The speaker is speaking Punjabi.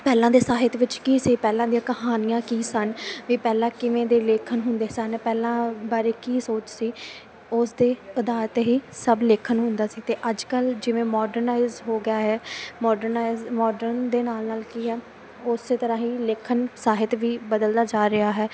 ਪਹਿਲਾਂ ਦੇ ਸਾਹਿਤ ਵਿੱਚ ਕੀ ਸੀ ਪਹਿਲਾਂ ਦੀਆਂ ਕਹਾਣੀਆਂ ਕੀ ਸਨ ਵੀ ਪਹਿਲਾਂ ਕਿਵੇਂ ਦੇ ਲੇਖਣ ਹੁੰਦੇ ਸਨ ਪਹਿਲਾਂ ਬਾਰੇ ਕੀ ਸੋਚ ਸੀ ਉਸ ਦੇ ਆਧਾਰ 'ਤੇ ਹੀ ਸਭ ਲੇਖਣ ਹੁੰਦਾ ਸੀ ਅਤੇ ਅੱਜ ਕੱਲ੍ਹ ਜਿਵੇਂ ਮੋਡਰਨਾਈਜ ਹੋ ਗਿਆ ਹੈ ਮੋਡਰਨਾਈਸ ਮੋਡਰਨ ਦੇ ਨਾਲ ਨਾਲ ਕੀ ਆ ਉਸ ਤਰ੍ਹਾਂ ਹੀ ਲੇਖਣ ਸਾਹਿਤ ਵੀ ਬਦਲਦਾ ਜਾ ਰਿਹਾ ਹੈ